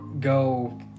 go